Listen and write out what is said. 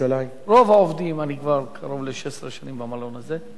רוב העובדים אני כבר קרוב ל-16 שנים במלון הזה,